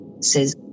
says